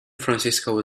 francisco